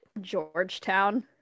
Georgetown